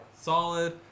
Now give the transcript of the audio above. solid